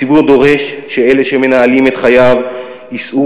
הציבור דורש שאלה שמנהלים את חייו יישאו